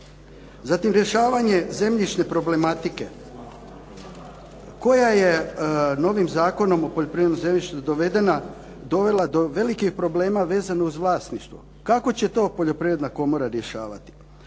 Zatim rješavanje zemljišne problematike. Koja je novim Zakonom o poljoprivrednom zemljištu dovela do velikih problema vezano uz vlasništvo. Kako će to Poljoprivredna komora rješavati?